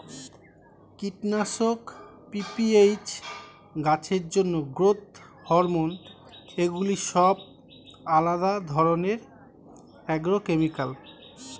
কীটনাশক, পি.পি.এইচ, গাছের জন্য গ্রোথ হরমোন এগুলি সব আলাদা ধরণের অ্যাগ্রোকেমিক্যাল